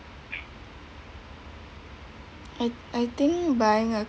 I I think buying a